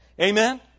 Amen